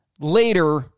later